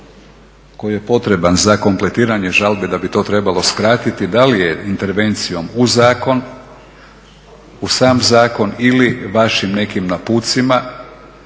koji je potreban za kompletiranje žalbe da bi to trebalo skratiti, da li intervencijom u sam zakon ili vašim nekim naputcima,